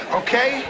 okay